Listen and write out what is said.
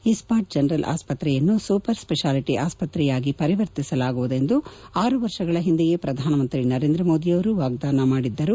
ಇಸ್ಸಾಟ್ general ಆಸ್ಸತ್ರೆಯನ್ನು super speciality ಆಸ್ಸತ್ರೆಯಾಗಿ ಪರಿವರ್ತಿಸಲಾಗುವುದೆಂದು ಆರುವರ್ಷಗಳ ಹಿಂದೆಯೇ ಪ್ರಧಾನ ಮಂತ್ರಿ ನರೇಂದ್ರ ಮೋದಿಯವರು ವಾಗ್ಗಾನ ಮಾಡಿದ್ದರು